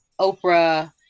Oprah